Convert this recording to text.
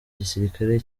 gisirikare